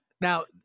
Now